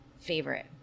favorite